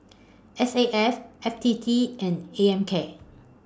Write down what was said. S A F F T T and A M K